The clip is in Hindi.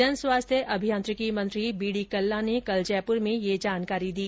जन स्वास्थ्य अभियांत्रिकी मंत्री बीडी कल्ला ने कल जयपूर में ये जानकादी दी